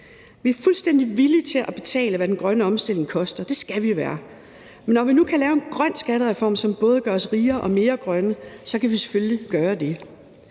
Vi er fuldstændig villige til at betale, hvad den grønne omstilling koster. Det skal vi være. Men når vi nu kan lave en grøn skattereform, som både gør os rigere og mere grønne, så skal vi selvfølgelig gøre det.